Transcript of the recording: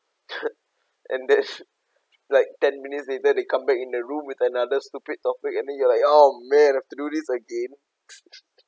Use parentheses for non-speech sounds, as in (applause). (laughs) and then like ten minutes later they come back in the room with another stupid topic and then you're like oh man have to do this again (laughs)